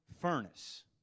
furnace